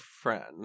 friend